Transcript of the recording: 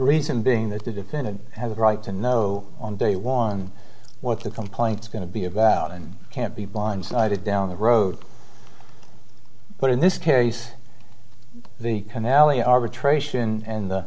reason being that the defendant has a right to know on day one what the complaints going to be about and can't be blindsided down the road but in this case the canal the arbitration and the